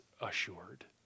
assured